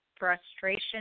frustration